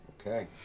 Okay